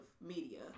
media